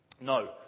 No